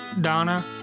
Donna